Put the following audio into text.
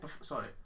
Sorry